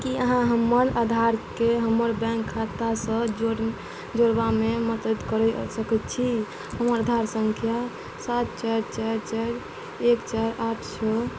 की अहाँ हमर आधारके हमर बैंक खाता सऽ जोड़ जोड़बामे मदद करऽ सकैत छी हमर आधार संख्या सात चारि चारि चारि एक चारि आठ छओ